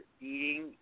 eating